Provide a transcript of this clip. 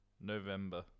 November